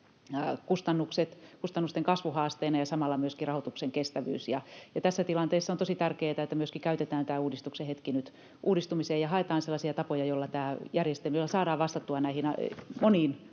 kustannusten kasvu ja samalla myöskin rahoituksen kestävyys. Tässä tilanteessa on tosi tärkeätä, että myöskin käytetään tämä uudistuksen hetki nyt uudistumiseen ja haetaan sellaisia tapoja ja